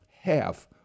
half